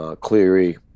Cleary